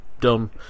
done